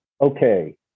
okay